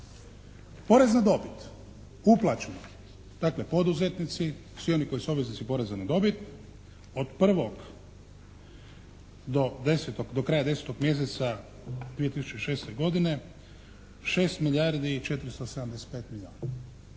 Porez na dobit uplaćen, dakle poduzetnici, svi oni koji su obveznici poreza na dobit od prvog do 10., do kraja 10. mjeseca 2006. godine 6 milijardi 475 milijuna.